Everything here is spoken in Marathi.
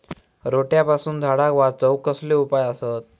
रोट्यापासून झाडाक वाचौक कसले उपाय आसत?